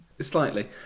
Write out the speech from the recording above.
Slightly